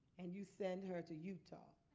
and you send her to utah